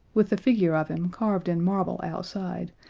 with the figure of him carved in marble outside,